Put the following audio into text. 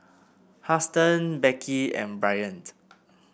Huston Becky and Bryant